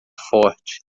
forte